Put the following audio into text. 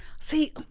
see